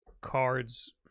Cards